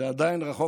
זה עדיין רחוק